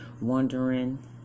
Wondering